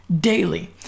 daily